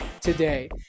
today